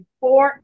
four